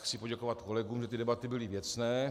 Chci poděkovat kolegům, že debaty byly věcné.